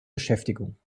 beschäftigung